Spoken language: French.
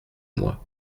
mois